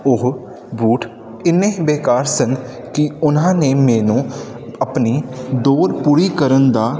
ਉਹ ਬੂਟ ਇੰਨੇ ਬੇਕਾਰ ਸਨ ਕਿ ਉਹਨਾਂ ਨੇ ਮੈਨੂੰ ਆਪਣੀ ਦੌੜ ਪੂਰੀ ਕਰਨ ਦਾ